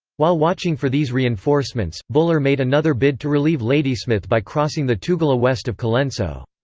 while watching for these reinforcements, buller made another bid to relieve ladysmith by crossing the tugela west of colenso.